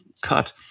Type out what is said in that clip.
cut